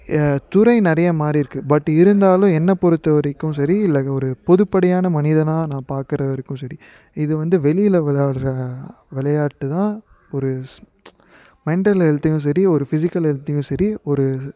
துறை நிறைய மாறி இருக்கு பட் இருந்தாலும் என்ன பொருத்தவரைக்கும் சரி இல்லை ஒரு பொதுப்படையான மனிதனாக நான் பார்க்குறவரைக்கும் சரி இது வந்து வெளியில் விளையாடுற விளையாட்டு தான் ஒரு மென்டல் ஹெல்த்துக்கும் சரி ஒரு ஃபிசிகல் ஹெல்த்துக்கும் சரி ஒரு